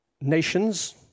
nations